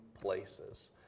places